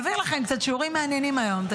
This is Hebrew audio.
נעביר לכם קצת שיעורים מעניינים היום.